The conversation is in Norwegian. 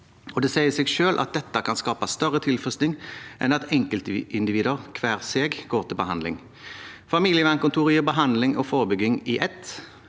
Det sier seg selv at dette kan skape større tilfriskning enn at enkeltindivider hver for seg går til behandling. Familievernkontoret gir behandling og forebygging i ett,